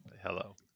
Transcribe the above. hello